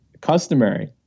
customary